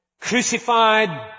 crucified